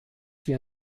wir